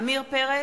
עמיר פרץ,